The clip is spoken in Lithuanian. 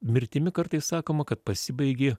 mirtimi kartais sakoma kad pasibaigė